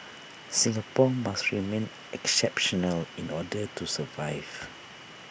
Singapore must remain exceptional in order to survive